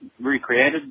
recreated